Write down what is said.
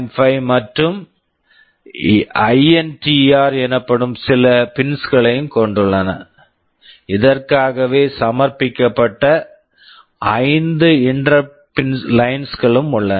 5 மற்றும் INTR INTR எனப்படும் சில பின்ஸ் pins களையும் கொண்டுள்ளன இதற்காகவே சமர்ப்பிக்கப்பட்ட ஐந்து இன்டெர்ரப்ட் லைன்ஸ் interrupt lines களும் உள்ளன